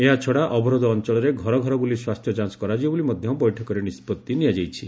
ଏହାଛଡ଼ା ଅବରୋଧ ଅଞ୍ଚଳରେ ଘରଘର ବୁଲି ସ୍ୱାସ୍ଥ୍ୟ ଯାଞ୍ଚ କରାଯିବ ବୋଲି ମଧ୍ୟ ବୈଠକରେ ନିଷ୍ପଭି ନିଆଯାଇଛି